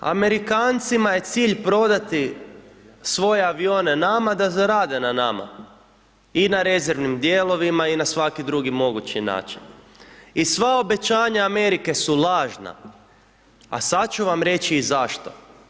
Amerikancima je cilj prodati svoje avione nama da zarade na nama i na rezervnim dijelovima i na svaki drugi mogući način i sva obećanja Amerike su lažna, a sad ću vam reći i zašto.